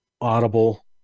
audible